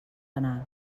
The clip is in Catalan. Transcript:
anar